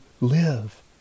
live